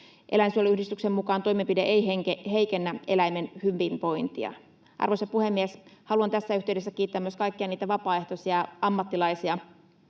Eläinsuojeluyhdistyksen mukaan toimenpide ei heikennä eläimen hyvinvointia. Arvoisa puhemies! Haluan tässä yhteydessä kiittää myös kaikkia niitä vapaaehtoisia ammattilaisia,